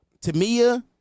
Tamia